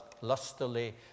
lustily